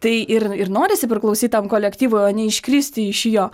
tai ir ir norisi priklausyt tam kolektyvui o ne iškristi iš jo